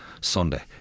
Sunday